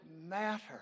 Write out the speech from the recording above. matter